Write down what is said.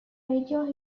radio